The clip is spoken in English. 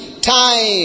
time